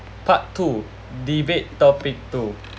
part two debate topic two